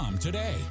Today